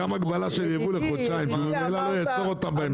גם הגבלה של ייבוא לחודשיים שהוא ממילא לא יאסור אותה בהמשך.